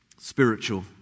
Spiritual